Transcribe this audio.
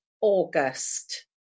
August